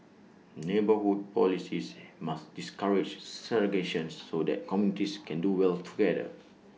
neighbourhood policies must discourage segregation so that communities can do well together